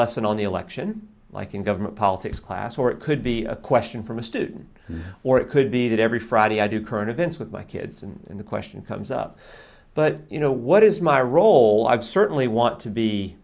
lesson on the election like in government politics class or it could be a question from a student or it could be that every friday i do current events with my kids and the question comes up but you know what is my role i've certainly want to be